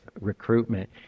recruitment